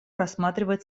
рассматривает